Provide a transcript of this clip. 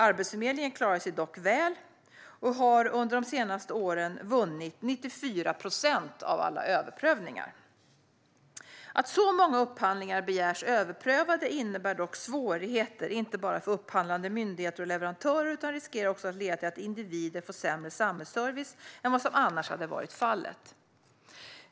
Arbetsförmedlingen klarar sig dock väl och har under de senaste åren vunnit 94 procent av alla överprövningar. Att så många upphandlingar begärs överprövade innebär dock svårigheter, inte bara för upphandlande myndigheter och leverantörer; det riskerar också att leda till att individer får sämre samhällsservice än vad som annars hade varit fallet.